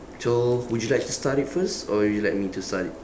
so would you like to start it first or would you like me to start it